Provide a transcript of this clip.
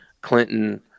Clinton